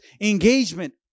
engagement